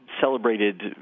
celebrated